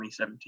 2017